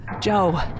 Joe